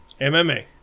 MMA